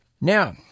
Now